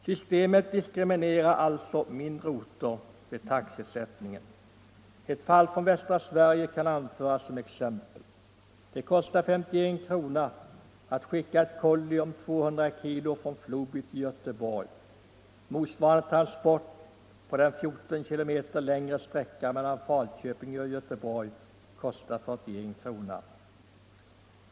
Systemet diskriminerar alltså mindre orter vid taxesättningen. Ett fall från västra Sverige kan anföras som exempel. Det kostar 51 kr. att skicka ett kolli om 200 kg från Floby till Göteborg. Motsvarande transport på den 14 km längre sträckan mellan Falköping och Göteborg kostar 41 kr.